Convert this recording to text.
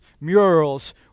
murals